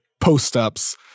post-ups